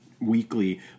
weekly